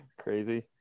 crazy